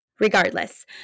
Regardless